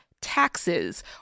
taxes